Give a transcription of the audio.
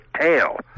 tail